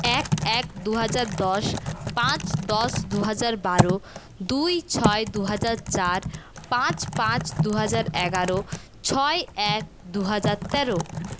এক এক দুহাজার দশ পাঁচ দশ দুহাজার বারো দুই ছয় দুহাজার চার পাঁচ পাঁচ দুহাজার এগারো ছয় এক দুহাজার তেরো